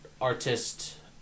artist